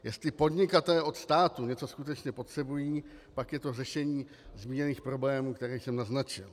Jestli podnikatelé od státu něco skutečně potřebují, pak je to řešení zmíněných problémů, které jsem naznačil.